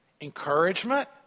encouragement